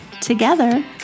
together